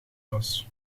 was